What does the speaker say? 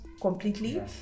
completely